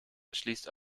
schließt